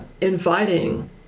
inviting